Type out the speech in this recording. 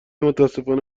متأسفانه